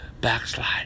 backslide